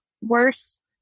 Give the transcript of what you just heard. worse